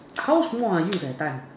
how small are you that time